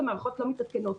המערכות לא מתעדכנות.